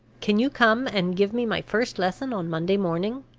can you come and give me my first lesson on monday morning?